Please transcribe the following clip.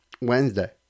Wednesday